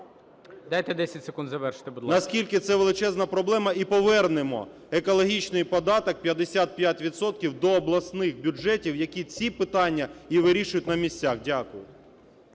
Дайте 10 секунд завершити, будь ласка. ЛУБІНЕЦЬ Д.В. Наскільки це величезна проблема, і повернемо екологічний податок 55 відсотків до обласних бюджетів, які ці питання і вирішують на місцях. Дякую.